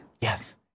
Yes